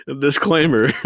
disclaimer